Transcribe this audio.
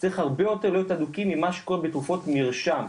צריך הרבה מאוד הדוקים ממה שקורה בתרופות מרשם,